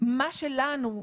מה שלנו,